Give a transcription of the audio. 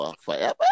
forever